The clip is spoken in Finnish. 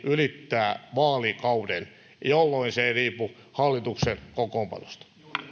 ylittää vaalikauden jolloin se ei riipu hallituksen kokoonpanosta